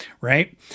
right